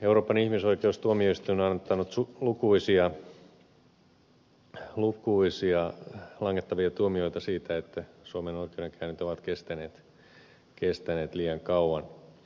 euroopan ihmisoikeustuomioistuin on antanut lukuisia langettavia tuomioita siitä että suomen oikeudenkäynnit ovat kestäneet liian kauan